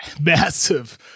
massive